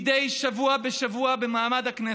מדי שבוע בשבוע, במעמד הכנסת.